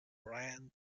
brian